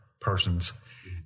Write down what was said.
persons